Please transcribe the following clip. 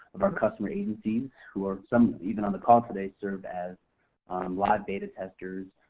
of our customer agencies, who are some, even on the call today, serve as live beta testers